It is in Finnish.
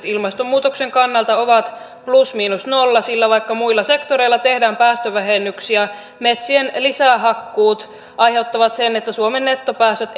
ilmastonmuutoksen kannalta ovat plus miinus nolla sillä vaikka muilla sektoreilla tehdään päästövähennyksiä metsien lisähakkuut aiheuttavat sen että suomen nettopäästöt